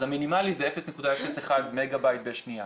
המינימלי זה 0.01 מגה בייט לשנייה.